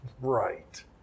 Right